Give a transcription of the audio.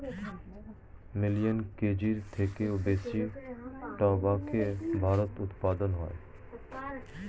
million কেজির থেকেও বেশি টোবাকো ভারতে উৎপাদন হয়